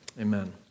Amen